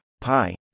Pi